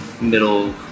middle